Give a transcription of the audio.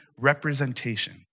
representation